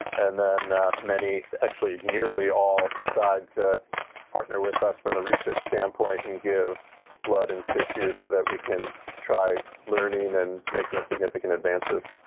and then many actually, nearly all decide to partner with us from a research standpoint and give blood and tissue so that we can try learning and making significant advances